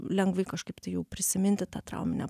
lengvai kažkaip tai jau prisiminti tą trauminę